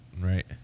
Right